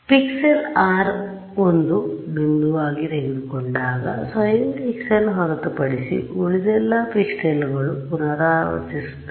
ಪಿಕ್ಸೆಲ್ನಲ್ಲಿ r ನ್ನು ಒಂದು ಬಿಂದುವಾಗಿ ತೆಗೆದುಕೊಂಡಾಗ ಸ್ವಯಂ ಪಿಕ್ಸೆಲ್ ಹೊರತುಪಡಿಸಿ ಉಳಿದೆಲ್ಲ ಪಿಕ್ಸೆಲ್ಗಳು ಪುನರಾವರ್ತಿಸುತ್ತವೆ